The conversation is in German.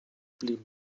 blieben